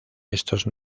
estos